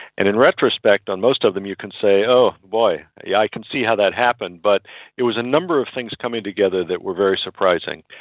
and in retrospect on most of them you can say, oh boy, yes, yeah i can see how that happened, but it was a number of things coming together that were very surprising.